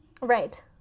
Right